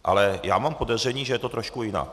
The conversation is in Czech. Ale já mám podezření, že je to trošku jinak.